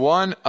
one